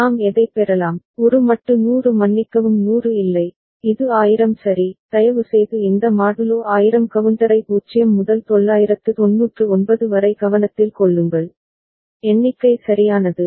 நாம் எதைப் பெறலாம் ஒரு மட்டு 100 மன்னிக்கவும் 100 இல்லை இது 1000 சரி தயவுசெய்து இந்த மாடுலோ 1000 கவுண்டரை 0 முதல் 999 வரை கவனத்தில் கொள்ளுங்கள் எண்ணிக்கை சரியானது